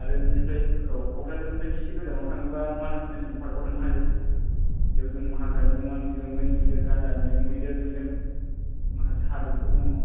आरो बिनिफ्राय औ क'क्राझारनिफ्राय इसे गोजानाव थाङोबा मानास नेसनेल पार्कआव थांनो हायो बेयाव जों हाग्रानि अमा नुयो मै नुयो गान्दा नुयो मैदेर नुयो माखासे हाजोफोर दङ